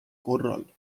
korral